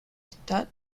está